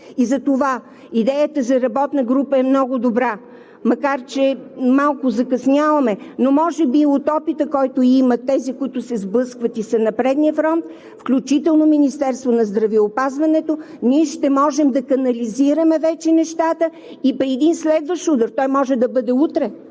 Затова идеята за работна група е много добра, макар че малко закъсняваме. Но може би от опита, който имат тези, които се сблъскват и са на предния фронт, включително Министерството на здравеопазването, ние ще можем вече да канализираме нещата и при един следващ удар – той може да бъде утре,